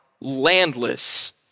landless